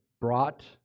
brought